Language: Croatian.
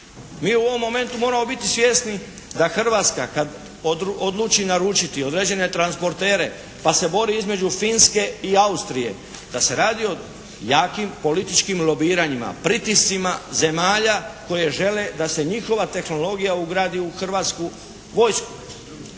Mi u ovom momentu moramo biti svjesni da Hrvatska kad odluči naručiti određene transportere pa se bori između Finske i Austrije da se radi o jakim političkim lobiranjima, pritiscima zemalja koje žele da se njihova tehnologija ugradi u Hrvatsku vojsku.